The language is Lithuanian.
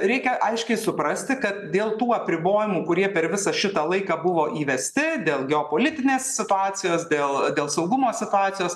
reikia aiškiai suprasti kad dėl tų apribojimų kurie per visą šitą laiką buvo įvesti dėl geopolitinės situacijos dėl dėl saugumo situacijos